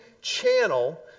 channel